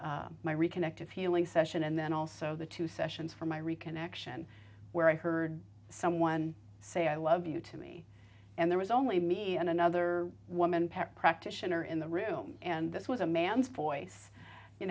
n my reconnect a feeling session and then also the two sessions from my reconnection where i heard someone say i love you to me and there was only me and another woman pat practitioner in the room and this was a man's voice you